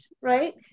Right